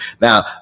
Now